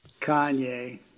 Kanye